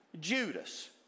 Judas